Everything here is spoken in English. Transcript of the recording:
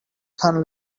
turn